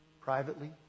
privately